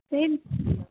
tenth